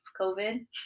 COVID